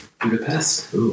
Budapest